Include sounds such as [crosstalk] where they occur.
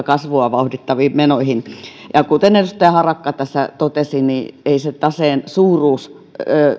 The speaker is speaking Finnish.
[unintelligible] kasvua vauhdittaviin menoihin ja kuten edustaja harakka tässä totesi niin ei se taseen suuruus